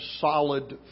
solid